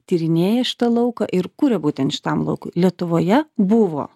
tyrinėja šitą lauką ir kuria būtent šitam laukui lietuvoje buvo